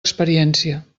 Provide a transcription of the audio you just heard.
experiència